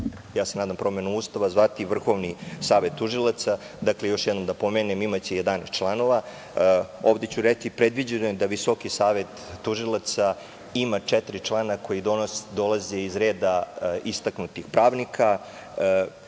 ja se nadam, promenom Ustava zvati Vrhovni savet tužilaca. Još jednom da napomenem, imaće 11 članova. Ovde ću reći da je predviđeno da Visoki savet tužilaca ima četiri člana koji dolaze iz reda istaknutih pravnika,